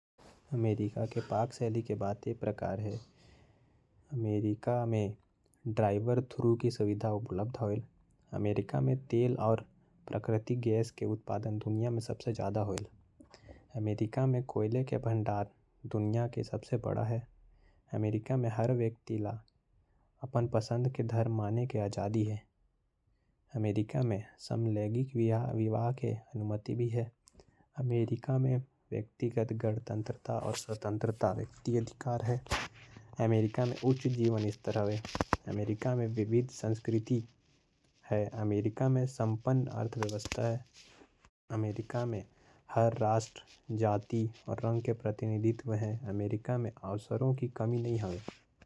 अमेरिका के पाक शैली के बात कुछ ये प्रकार है। अमेरिका में ड्राइवर थ्रू के सुविधा उपलब्ध होयल। तेल और प्राकृतिक गैस के भंडार सबसे ज्यादा है। अमेरिका में कोयला के खदान भी बहुत बड़ा बड़ा है। अमेरिका में सब धर्म के माने के आजादी है। अमेरिका में व्यक्तिगत बात रखे के अधिकार है। अमेरिका उच्च जीवन स्तर है। अमेरिका में हर जाती रंग के लोग पाए जात है। अमेरिका में बहुत अवसर है।